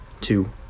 two